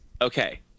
okay